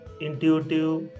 intuitive